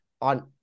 on